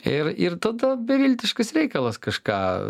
ir ir tada beviltiškas reikalas kažką